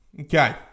Okay